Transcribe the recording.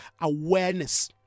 awareness